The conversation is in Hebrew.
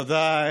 תודה,